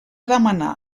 demanar